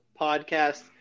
Podcast